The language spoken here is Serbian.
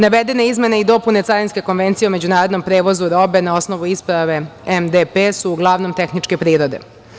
Navedene izmene i dopune Carinske konvencije o međunarodnom prevozu robe na osnovu isprave MDP su uglavnom tehničke prirode.